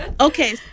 Okay